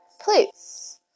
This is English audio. Please